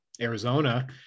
Arizona